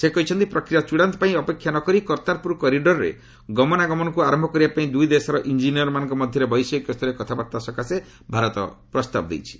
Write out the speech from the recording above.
ସେ କହିଛନ୍ତି ପ୍ରକ୍ରିୟା ଚୂଡ଼ାନ୍ତ ପାଇଁ ଅପେକ୍ଷା ନ କରି କର୍ତ୍ତାରପୁର କରିଡ଼ରରେ ଗମନାଗମନକୁ ଆରମ୍ଭ କରିବା ପାଇଁ ଦୁଇ ଦେଶର ଇଞ୍ଜିନିୟରମାନଙ୍କ ମଧ୍ୟରେ ବୈଷୟିକ ସ୍ତରୀୟ କଥାବାର୍ତ୍ତା ସକାଶେ ଭାରତ ପ୍ରସ୍ତାବ ଦେଇଛି